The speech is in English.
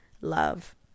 love